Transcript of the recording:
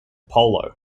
polo